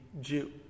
Jew